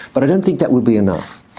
but i don't think that would be enough.